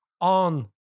on